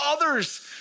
others